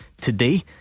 today